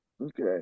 Okay